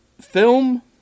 film